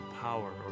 power